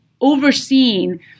overseeing